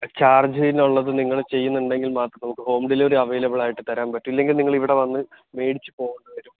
ചാർജേയ്യുന്നുള്ളത് നിങ്ങള് ചെയ്യുന്നുണ്ടെങ്കിൽ മാത്രം നമുക്ക് ഹോം ഡെലിവറി അവൈലബിളായിട്ട് തരാൻ പറ്റും ഇല്ലെങ്കി നിങ്ങളിവിടെ വന്ന് മേടിച്ച് പോകേണ്ടി വരും